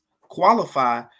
qualify